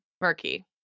murky